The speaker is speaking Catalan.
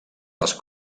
les